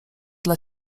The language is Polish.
dla